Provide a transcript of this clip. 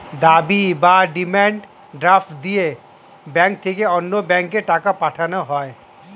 দাবি বা demand draft দিয়ে ব্যাংক থেকে অন্য ব্যাংকে টাকা পাঠানো হয়